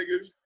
niggas